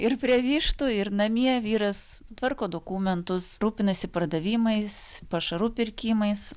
ir prie vištų ir namie vyras tvarko dokumentus rūpinasi pardavimais pašarų pirkimais